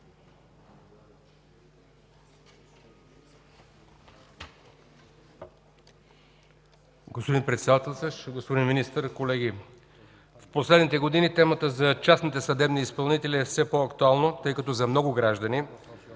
Господин Председателстващ, господин министър, колеги! В последните години темата за частните съдебни изпълнители е все по-актуална, тъй като за много граждани